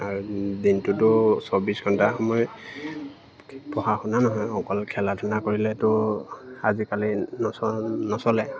আৰু দিনটোতো চৌবিছ ঘণ্টা সময় পঢ়া শুনা নহয় অকল খেলা ধূলা কৰিলেতো আজিকালি নচলে